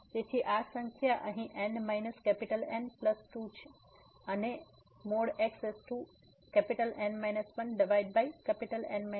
તેથી આ સંખ્યા અહીં n N 2 છે અને xN 1N 1